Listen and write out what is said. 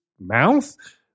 mouth